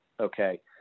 Okay